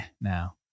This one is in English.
now